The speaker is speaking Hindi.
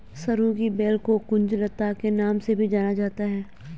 सरू की बेल को कुंज लता के नाम से भी जाना जाता है